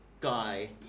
guy